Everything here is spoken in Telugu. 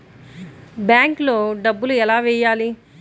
బ్యాంక్లో డబ్బులు ఎలా వెయ్యాలి?